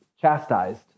chastised